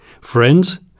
Friends